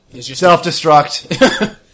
Self-destruct